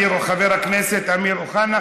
חבר הכנסת אמיר אוחנה,